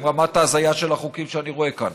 עם רמת ההזיה של החוקים שאני רואה כאן.